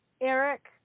Eric